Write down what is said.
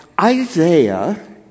Isaiah